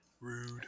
Rude